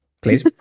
please